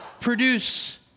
produce